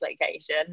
location